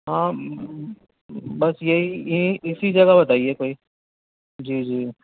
ہاں بس یہی اسی جگہ بتائیے کوئی جی جی